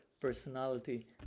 Personality